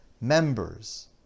members